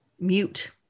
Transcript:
mute